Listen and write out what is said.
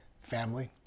family